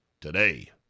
Today